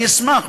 אני אשמח.